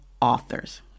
authors